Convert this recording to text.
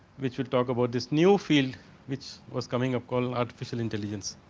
which would talk about this new feel which was coming of call artificial intelligence.